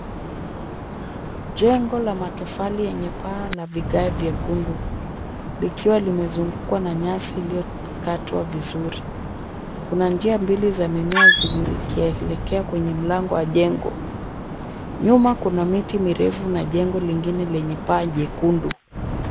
Jengo la matofali yenye paa la vigae viekundu, likiwa limezungukwa na nyasi iliyokatwa vizuri. Kuna njia mbili za mimea zikielekea kwenye mlango wa jengo. Nyuma kuna miti mirefu na jengo lingine lenye paa jekundu.